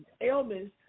ailments